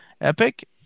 Epic